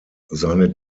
seine